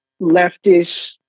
leftist